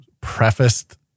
prefaced